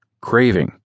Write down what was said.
Craving